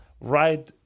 right